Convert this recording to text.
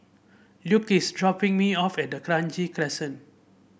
Luke is dropping me off at Kranji Crescent